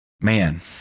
man